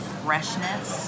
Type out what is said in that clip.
freshness